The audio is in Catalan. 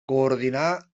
coordinar